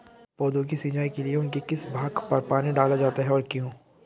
पौधों की सिंचाई के लिए उनके किस भाग पर पानी डाला जाता है और क्यों?